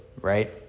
right